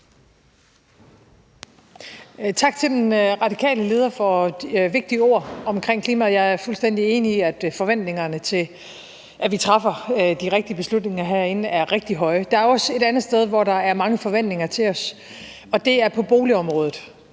Tak til den radikale leder for de vigtige ord om klimaet. Jeg er fuldstændig enig i, at forventningerne til, at vi træffer de rigtige beslutninger herinde, er rigtig høje. Der er også et andet sted, hvor der er mange forventninger til os, og det er på boligområdet.